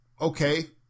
okay